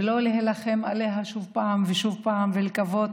ולא להילחם עליה שוב ושוב ולקוות